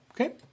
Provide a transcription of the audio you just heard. Okay